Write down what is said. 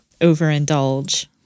overindulge